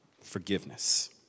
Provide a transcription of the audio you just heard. forgiveness